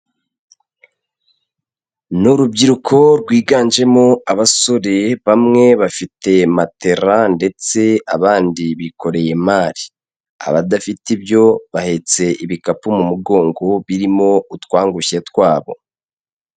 Ni urubyiruko rwiganjemo abasore bamwe bafite matela ndetse abandi bikoreye mari, abadafite ibyo bahetse ibikapu mu mugongo birimo utwangushye twabo.